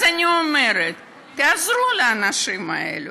אז אני אומרת: תעזרו לאנשים האלה,